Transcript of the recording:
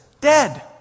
dead